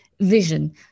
vision